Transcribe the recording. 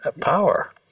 power